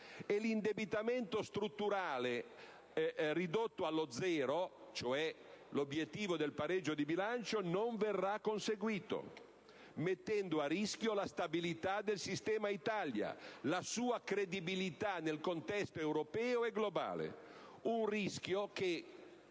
e l'indebitamento strutturale ridotto allo zero, cioè l'obiettivo del pareggio di bilancio, non verrà conseguito, mettendo a rischio la stabilità del sistema Italia, la sua credibilità nel contesto europeo e globale: è un rischio che